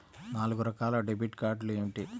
నాలుగు రకాల డెబిట్ కార్డులు ఏమిటి?